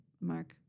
Mark